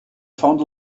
found